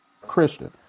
Christian